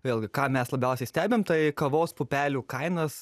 vėlgi ką mes labiausiai stebim tai kavos pupelių kainas